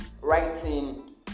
writing